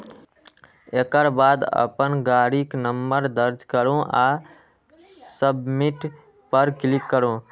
एकर बाद अपन गाड़ीक नंबर दर्ज करू आ सबमिट पर क्लिक करू